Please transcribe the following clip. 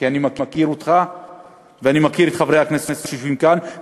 כי אני מכיר אותך ואני מכיר את חברי הכנסת שיושבים כאן,